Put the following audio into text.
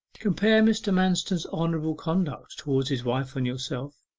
compare mr. manston's honourable conduct towards his wife and yourself,